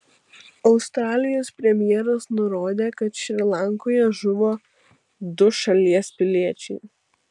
australijos premjeras nurodė kad šri lankoje žuvo du šalies piliečiai